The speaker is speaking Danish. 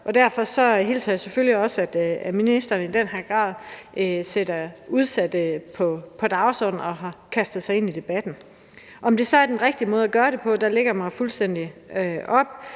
derfor hilser jeg selvfølgelig også velkommen, at ministeren i den grad sætter udsatte på dagsordenen og har kastet sig ind i debatten. Er det så den rigtige måde gøre det på? Der læner jeg mig fuldstændig op